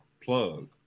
plug